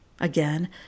Again